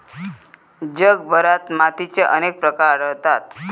जगभरात मातीचे अनेक प्रकार आढळतत